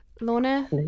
Lorna